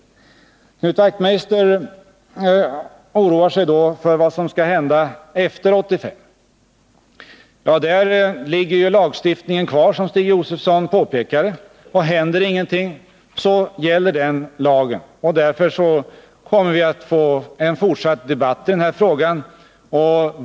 Knut Wachtmeister oroar sig för vad som skall hända efter 1985. Lagstiftningen finns kvar, som Stig Josefson påpekade. Om ingenting händer gäller den lagen. Därför får vi en fortsatt debatt i denna fråga.